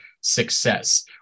success